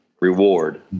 reward